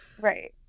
right